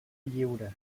lliure